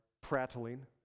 prattling